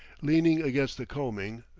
leaning against the combing,